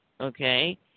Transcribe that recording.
okay